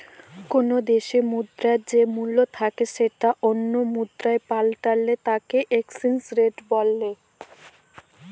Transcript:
কোনো দেশে মুদ্রার যে মূল্য থাকে সেটা অন্য মুদ্রায় পাল্টালে তাকে এক্সচেঞ্জ রেট বলে